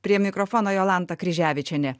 prie mikrofono jolanta kryževičienė